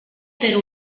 per